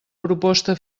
proposta